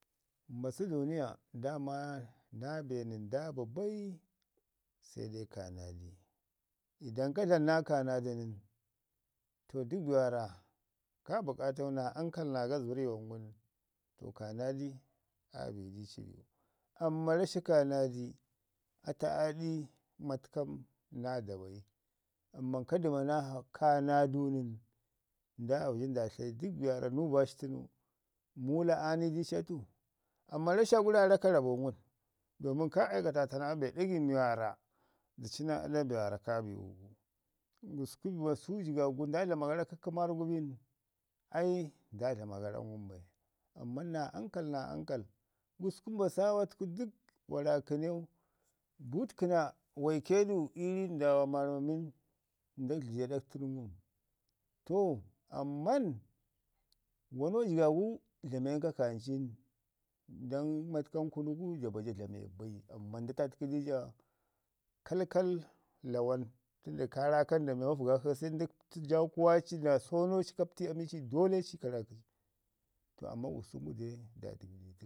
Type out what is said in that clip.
Mbasu duuniyo, daama naa be nən da bi bai sai dai kaanadi ldan ka dlamu naa kaanaadi nən, to dək be waaka ka buƙatau naa ankal naa gazbərr yuwan nən, to kaa naa di aa bi dici biwu. Amman rashi kaanaadi atu aa ɗi matkam naa da bai, amman ka dəma ha- kaa- naadu nən, nda vəji nda tlayi dək be waarra nuuba ci tənu, muula aa ni di ci atu, amma rashi hakwu aa raka rabo ngum, domin kaa aikatata beɗagai mi waarra da ci naa aɗa be mi waarra ka biwu gu. Gusku mbasu jigaɓ gu nda dlama gara kə kəmarr gu bin, ai nda dlama gara ngum bai. Amman naa ankal naa ankal, gurku mbasau wa təku dək wa rakəneu butkəna wa ike du ii ri ndaawa marmamin nda dləji aɗa tən. To amman wamau jigab gu dlamen kakancin don matkam kunu gu ja baja dlame bai, amman nda tatkə di ja kalkal lawan tən da ka raa kan da miya mafgak shin sendo pətu jaakuwaci naa sono ci ka pəti ami ci dolle ka rakənyi. To amman gusku gudai dadəgəretən,